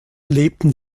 lebten